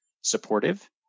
supportive